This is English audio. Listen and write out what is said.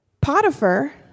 Potiphar